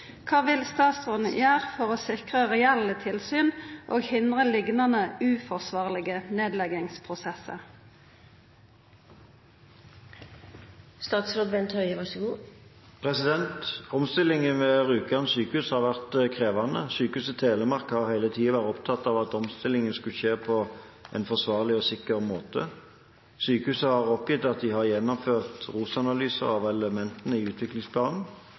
Kva vil statsråden gjera for å sikra reelle tilsyn og hindra liknande uforsvarlege nedleggingsprosessar?» Omstillingen ved Rjukan sykehus har vært krevende. Sykehuset Telemark har hele tiden vært opptatt av at omstillingen skulle skje på en forsvarlig og sikker måte. Sykehuset har oppgitt at de har gjennomført ROS-analyser av elementene i utviklingsplanen,